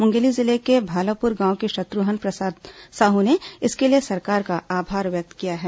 मुंगेली जिले के भालापुर गांव के शत्रुहन प्रसाद साहू ने इसके लिए सरकार का आभार व्यक्त किया है